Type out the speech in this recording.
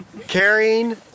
carrying